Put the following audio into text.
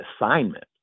assignment